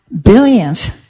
billions